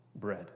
bread